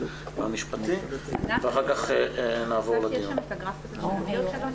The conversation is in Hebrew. ואחר כך נעבור למצגת.